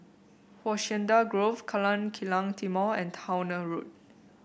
Hacienda Grove Jalan Kilang Timor and Towner Road